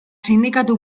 sindikatu